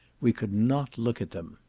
we could not look at them.